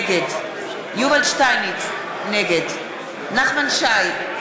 נגד יובל שטייניץ, נגד נחמן שי,